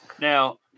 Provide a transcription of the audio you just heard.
Now